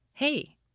Hey